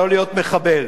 לא להיות מחבל.